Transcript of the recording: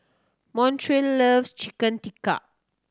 Montrell loves Chicken Tikka